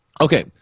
okay